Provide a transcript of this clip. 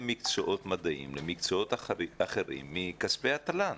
למקצועות מדעיים, למקצועות אחרים מכספי התל"ן.